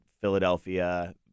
Philadelphia